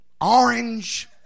orange